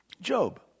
Job